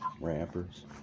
rappers